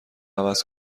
عوض